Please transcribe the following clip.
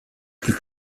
plus